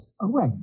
away